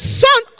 son